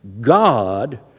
God